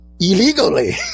illegally